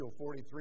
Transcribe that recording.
43